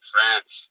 France